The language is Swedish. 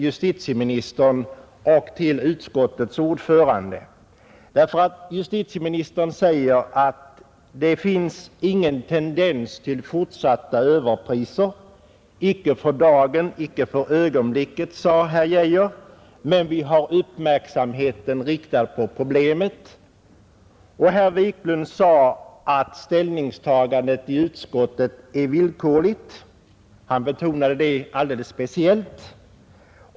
Justitieministern sade att det för dagen, för ögonblicket, icke finns någon tendens till fortsatta överpriser, men att man har uppmärksamheten riktad på problemet. Här Wiklund i Stockholm sade att ställningstagandet i utskottet är villkorligt; han betonade det alldeles speciellt.